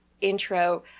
intro